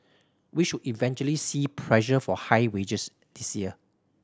we should eventually see pressure for higher wages this year